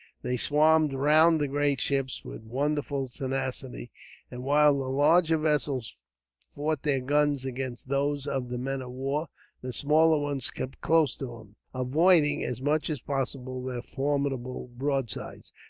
they swarmed round the great ships with wonderful tenacity and, while the larger vessels fought their guns against those of the men-of-war, the smaller ones kept close to them, avoiding as much as possible their formidable broadsides,